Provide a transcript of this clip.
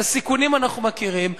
את הסיכונים אנחנו מכירים.